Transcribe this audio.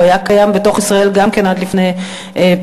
הוא היה קיים בתוך ישראל גם כן עד לפני שנה,